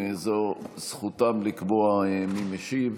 זו זכותם לקבוע מי משיב.